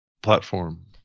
platform